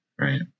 right